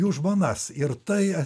jų žmonas ir tai